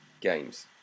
games